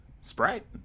Sprite